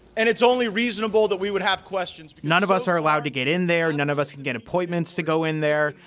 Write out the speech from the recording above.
and it's only reasonable that we would have questions none of us are allowed to get in there. none of us can get appointments to go in there.